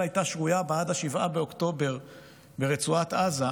הייתה שרויה בה עד 7 באוקטובר ברצועת עזה,